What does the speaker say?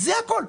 זה הכול.